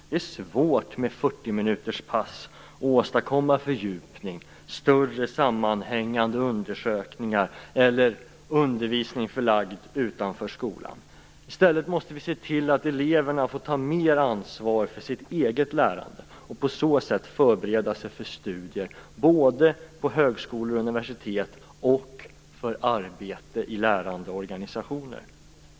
Det är svårt att med 40-minuterspass åstadkomma fördjupning, större sammanhängande undersökningar eller undervisning förlagd utanför skolan. Vi måste se till att eleverna får ta mer ansvar för sitt eget lärande och på så sätt förbereda sig för studier på högskolor och universitet och för arbete i lärande organisationer.